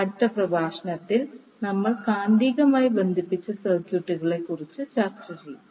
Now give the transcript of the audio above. അടുത്ത പ്രഭാഷണത്തിൽ നമ്മൾ കാന്തികമായി ബന്ധിപ്പിച്ച സർക്യൂട്ടുകളെക്കുറിച്ച് ചർച്ച ചെയ്യും